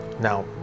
Now